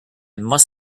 must